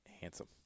handsome